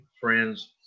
friends